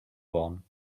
waren